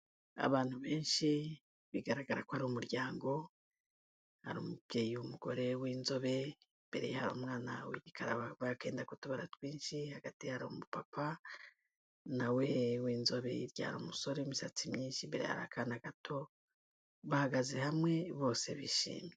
Abantu benshi bigaragara ko ari umuryango hari umubyeyi w'umugore w'inzobe imbere ye hari umwana w'igikara wambaye akenda k'utubara twinshi, hagati yaho hari umupapa nawe w'inzobe, hirya hari umusore w'imisatsi myinshi imbereye akana gato, bahagaze hamwe bose bishimye.